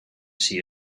see